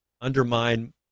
undermine